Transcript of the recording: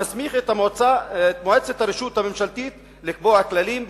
המסמיך את מועצת הרשות הממשלתית לקבוע כללים,